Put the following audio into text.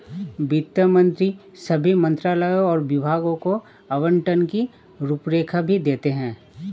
वित्त मंत्री सभी मंत्रालयों और विभागों को आवंटन की रूपरेखा भी देते हैं